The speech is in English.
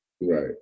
Right